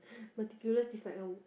meticulous is like a